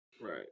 Right